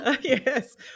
Yes